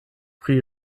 pri